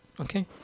Okay